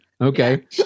Okay